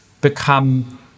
become